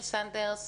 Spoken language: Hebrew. סנדברג,